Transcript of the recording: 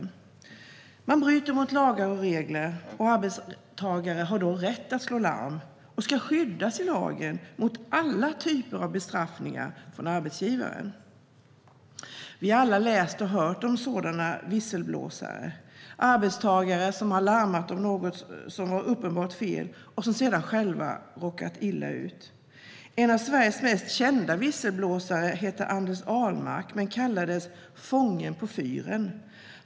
När någon bryter mot lagar och regler har arbetstagaren rätt att slå larm och ska skyddas i lagen mot alla typer av bestraffningar från arbetsgivaren. Vi har alla läst och hört om sådana visselblåsare. Det är arbetstagare som har larmat om något som har varit uppenbart felaktigt och som sedan själva har råkat illa ut. En av Sveriges mest kända visselblåsare heter Anders Ahlmark men kallades "fången på fyren".